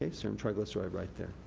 ah serum triglyceride, right there.